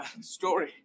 story